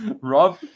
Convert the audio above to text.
Rob